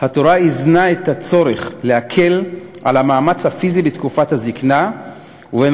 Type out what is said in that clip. התורה איזנה בין הצורך להקל את המאמץ הפיזי בתקופת הזיקנה ובין